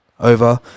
over